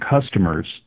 customers